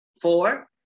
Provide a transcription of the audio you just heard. Four